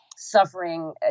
suffering